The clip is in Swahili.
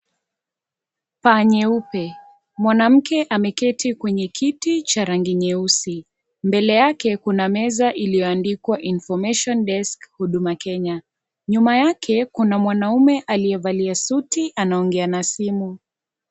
Paa nyeupe, mwanamke ameketi kwenye kiti cha rangi nyeusi, mbele yake kuna meza iliyoandikwa information desk Huduma Kenya, nyuma yake kuna mwanaume aliyevalia suti anaongea na simu.